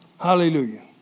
Hallelujah